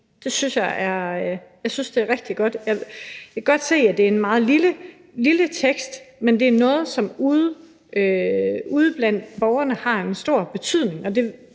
Det synes jeg er rigtig godt. Jeg kan godt se, at det er en meget lille tekst, men det er noget, som ude blandt borgerne har en stor betydning.